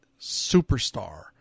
superstar